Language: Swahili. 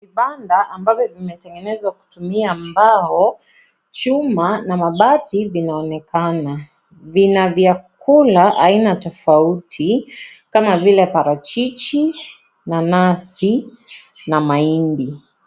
Vibamba ambavyo vimetengenezwa kupitia mbao , chuma, na mabati vinaonekana, vina vyakula aina tofauti kama vile parachichi, nanasi na mahindi